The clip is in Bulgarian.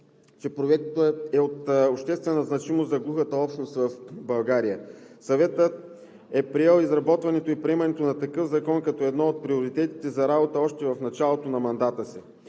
че Проектът е от обществена значимост за глухата общност в България. Съветът е приел изработването и приемането на такъв закон като един от приоритетите за работата още в началото на мандата си.